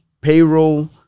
payroll